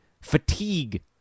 fatigue